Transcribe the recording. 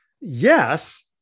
yes